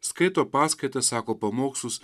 skaito paskaitas sako pamokslus